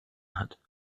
hat